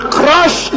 crush